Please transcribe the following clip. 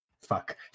Fuck